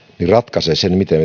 ratkaisee sen miten